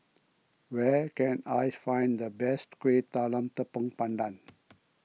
where can I find the best Kueh Talam Tepong Pandan